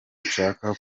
nshaka